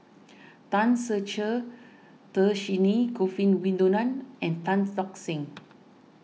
Tan Ser Cher Dhershini Govin and Tan Tock Seng